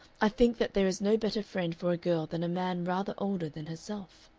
i think that there is no better friend for a girl than a man rather older than herself.